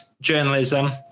journalism